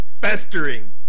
Festering